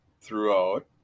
throughout